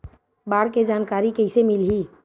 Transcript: बाढ़ के जानकारी कइसे मिलही?